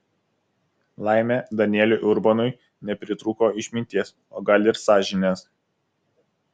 laimė danieliui urbonui nepritrūko išminties o gal ir sąžinės